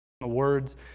words